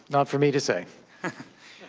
not for me to say.